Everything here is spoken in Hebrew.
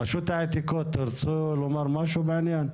רשות העתיקות, תרצו לומר משהו בעניין?